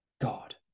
God